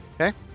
Okay